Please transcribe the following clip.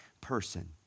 person